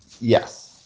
Yes